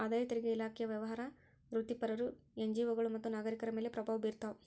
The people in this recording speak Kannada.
ಆದಾಯ ತೆರಿಗೆ ಇಲಾಖೆಯು ವ್ಯವಹಾರ ವೃತ್ತಿಪರರು ಎನ್ಜಿಒಗಳು ಮತ್ತು ನಾಗರಿಕರ ಮೇಲೆ ಪ್ರಭಾವ ಬೀರ್ತಾವ